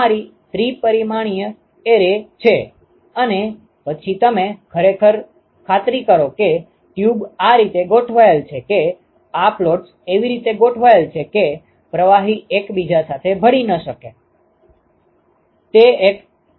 તેથી તમારી પાસે ત્રિ પરિમાણીય એરે છે અને પછી તમે ખાતરી કરો કે ટ્યુબ આ રીતે ગોઠવાયેલ છે કે આ પ્લોટ્સ એવી રીતે ગોઠવાયેલ છે કે પ્રવાહી એક બીજા સાથે ભળી ન શકે